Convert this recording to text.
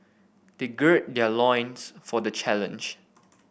they gird their loins for the challenge